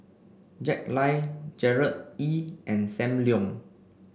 Jack Lai Gerard Ee and Sam Leong